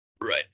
Right